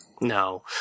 No